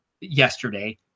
yesterday